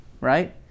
right